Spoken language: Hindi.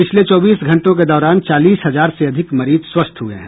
पिछले चौबीस घंटों के दौरान चालीस हजार से अधिक मरीज स्वस्थ हुए हैं